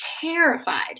terrified